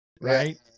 right